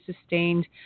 sustained